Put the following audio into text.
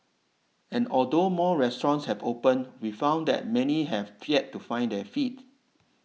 and although more restaurants have opened we found that many have yet to find their feet